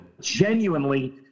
genuinely